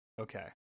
Okay